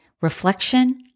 reflection